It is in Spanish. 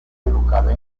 educada